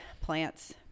plants